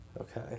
Okay